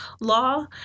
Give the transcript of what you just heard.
law